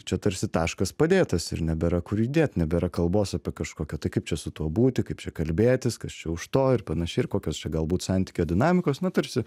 čia tarsi taškas padėtas ir nebėra kur judėt nebėra kalbos apie kažkokią tai kaip čia su tuo būti kaip čia kalbėtis kas čia už to ir panašiai ir kokios čia galbūt santykio dinamikos na tarsi